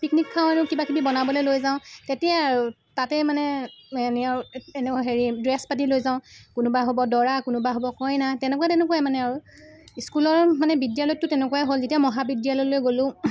picnic খাওঁ এনেও কিবাকিবি বনাবলৈ লৈ যাওঁ তেতিয়াই আৰু তাতে মানে এনেও হেৰি ড্ৰেছ পাতি লি যাওঁ কোনোবা হ'ব দৰা কোনোবা হ'ব কইনা তেনেকুৱা তেনেকুৱাই মানে আৰু স্কুলৰ মানে বিদ্যালয়ততো তেনেকুৱাই হ'ল যেতিয়া মহাবিদ্যালয়লৈ গ'লোঁ